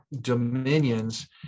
dominions